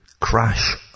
crash